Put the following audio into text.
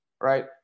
right